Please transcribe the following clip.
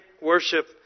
worship